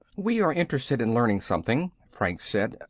we are interested in learning something, franks said.